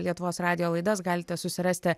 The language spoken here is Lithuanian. lietuvos radijo laidas galite susirasti